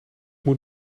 moet